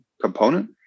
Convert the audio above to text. component